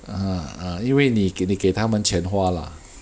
ah ah 因为你给你给他们钱花 lah